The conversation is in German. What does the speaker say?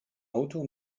auto